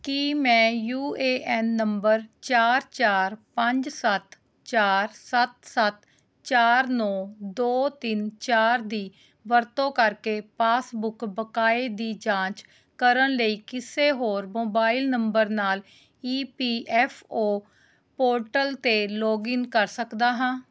ਕੀ ਮੈਂ U A N number ਚਾਰ ਚਾਰ ਪੰਜ ਸੱਤ ਚਾਰ ਸੱਤ ਸੱਤ ਚਾਰ ਨੋ ਦੋ ਤਿੰਨ ਚਾਰ ਦੀ ਵਰਤੋਂ ਕਰਕੇ ਪਾਸਬੁੱਕ ਬਕਾਏ ਦੀ ਜਾਂਚ ਕਰਨ ਲਈ ਕਿਸੇ ਹੋਰ ਮੋਬਾਈਲ ਨੰਬਰ ਨਾਲ E P F O portal 'ਤੇ ਲੌਗਇਨ ਕਰ ਸਕਦਾ ਹਾਂ